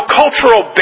cultural